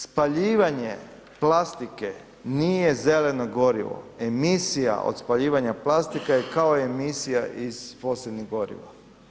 Spaljivanje plastike nije zelene gorivo, emisija od spaljivanja plastike je kao emisija iz fosilnih goriva.